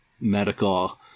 medical